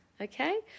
Okay